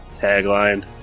Tagline